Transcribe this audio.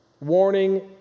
warning